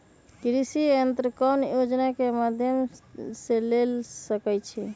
कृषि यंत्र कौन योजना के माध्यम से ले सकैछिए?